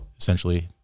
essentially